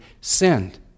sinned